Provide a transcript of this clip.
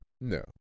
No